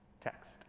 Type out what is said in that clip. text